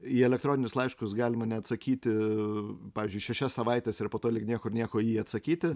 į elektroninius laiškus galima neatsakyti pavyzdžiui šešias savaites ir po to lyg niekur nieko jį atsakyti